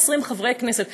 120 חברי כנסת,